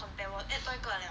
compare 我 add 多一个 liao